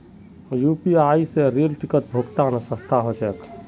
UPI स rail ticket भुक्तान सस्ता ह छेक